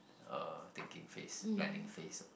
uh thinking phase planning phase